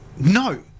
No